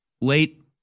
late